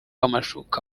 amashuka